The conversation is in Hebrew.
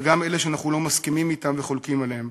גם אלה שאנחנו לא מסכימים אתם וחולקים עליהם.